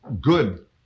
good